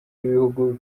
igihugu